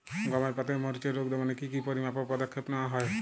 গমের পাতার মরিচের রোগ দমনে কি কি পরিমাপক পদক্ষেপ নেওয়া হয়?